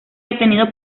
detenido